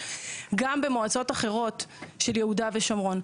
גם במועצות אחרות של יהודה ושומרון.